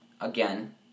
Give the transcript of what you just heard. Again